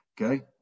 okay